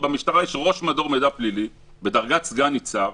במשטרה יש ראש מדור מידע פלילי בדרגת סגן ניצב,